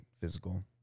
physical